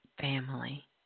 family